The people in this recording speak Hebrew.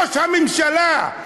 ראש הממשלה.